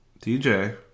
DJ